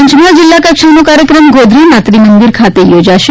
પંચમહાલ જિલ્લાકક્ષાનો કાર્યક્રમ ગોધરાના ત્રિમંદિર ખાતે યોજાશે